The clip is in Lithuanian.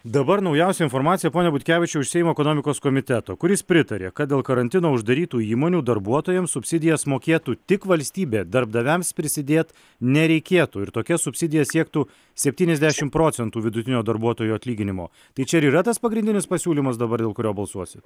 dabar naujausia informacija pone butkevičiau iš seimo ekonomikos komiteto kuris pritarė kad dėl karantino uždarytų įmonių darbuotojams subsidijas mokėtų tik valstybė darbdaviams prisidėt nereikėtų ir tokia subsidija siektų septyniasdešimt procentų vidutinio darbuotojo atlyginimo tai čia ir yra tas pagrindinis pasiūlymas dabar dėl kurio balsuosit